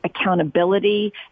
accountability